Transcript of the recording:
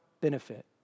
benefit